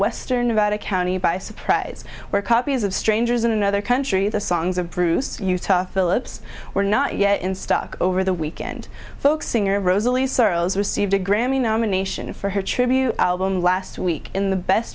nevada county by surprise where copies of strangers in another country the songs of bruce utah phillips were not yet in stock over the weekend folk singer rosalie sorrels received a grammy nomination for her tribute album last week in the best